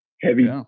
heavy